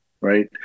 Right